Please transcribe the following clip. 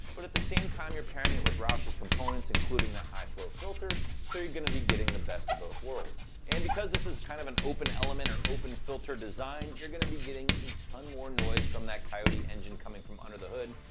but at the same time you're pairing it with roush's components, including that high-flow filter, so you're gonna be getting the best of both worlds. and because this is kind of an open element or open-filter design, you're gonna be getting a ton more noise from that coyote engine coming from under the hood,